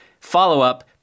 Follow-up